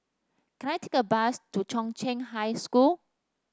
can I take a bus to Chong Qing High School